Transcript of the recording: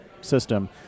system